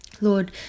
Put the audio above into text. Lord